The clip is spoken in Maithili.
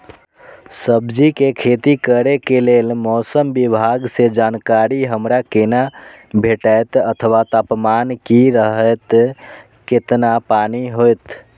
सब्जीके खेती करे के लेल मौसम विभाग सँ जानकारी हमरा केना भेटैत अथवा तापमान की रहैत केतना पानी होयत?